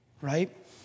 right